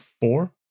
four